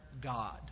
God